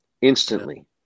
Instantly